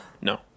No